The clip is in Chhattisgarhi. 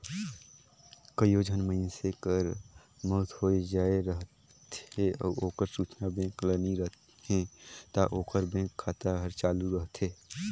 कइयो झन मइनसे कर मउत होए जाए रहथे अउ ओकर सूचना बेंक ल नी रहें ता ओकर बेंक खाता हर चालू रहथे